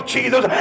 Jesus